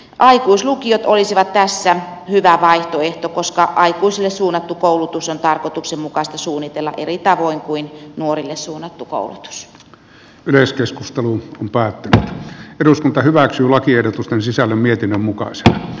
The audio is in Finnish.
aikuislukiot olisivat tässä hyvä vaihtoehto koska aikuisille suunnattu koulutus on tarkoituksenmukaista suunnitella eri tavoin kuin nuorille suunnattu koulutus yleiskeskusteluun päätti eduskunta hyväksyy lakiehdotusten sisällön mietinnön mukaisesti